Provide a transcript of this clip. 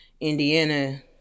Indiana